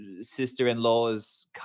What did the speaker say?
sister-in-law's